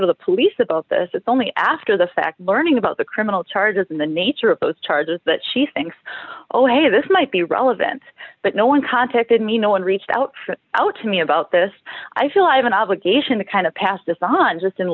to the police about this it's only after the fact learning about the criminal charges and the nature of those charges that she thinks oh hey this might be relevant but no one contacted me no one reached out out to me about this i feel i have an obligation to kind of pass this on just in